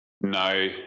No